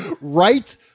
Right